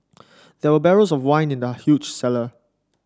there were barrels of wine in the huge cellar